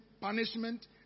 punishment